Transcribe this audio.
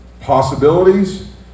possibilities